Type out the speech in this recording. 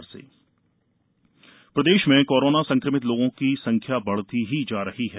प्रदेश corona प्रदेश में corona संक्रमित लोगों की संख्या बढ़ती ही जा रही है